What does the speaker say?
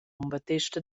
battesta